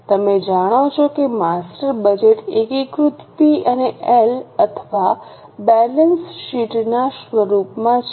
તમે જાણો છો કે માસ્ટર બજેટ એકીકૃત પી અને એલ અથવા બેલેન્સશીટ ના સ્વરૂપમાં છે